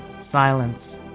silence